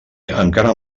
encara